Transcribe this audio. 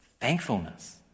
thankfulness